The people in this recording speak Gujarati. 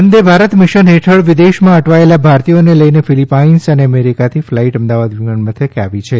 વંદે ભારત મિશન હેઠળ વિદેશમાં અટવાયેલા ભારતીયોને લઇને ફિલિપાઇન્સ અને અમેરિકાથી ફ્લાઇટ અમદાવાદ વિમાનમથકે આવી છે